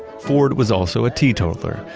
ford was also a teetotaler,